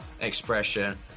expression